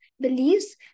beliefs